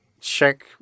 check